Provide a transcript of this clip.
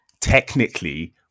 technically